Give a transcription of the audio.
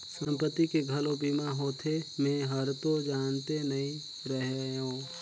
संपत्ति के घलो बीमा होथे? मे हरतो जानते नही रहेव